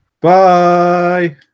bye